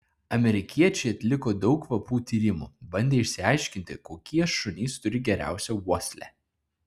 amerikiečiai atliko daug kvapų tyrimų bandė išsiaiškinti kokie šunys turi geriausią uoslę